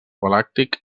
galàctic